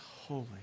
holy